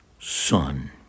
son